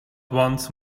once